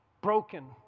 broken